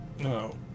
No